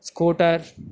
scooter